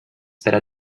better